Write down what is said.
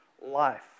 life